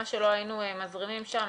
מה שלא היינו מזרימים שם,